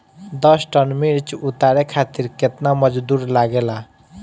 दस टन मिर्च उतारे खातीर केतना मजदुर लागेला?